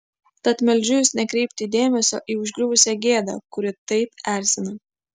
tad meldžiu jus nekreipti dėmesio į užgriuvusią gėdą kuri taip erzina